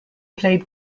played